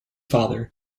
father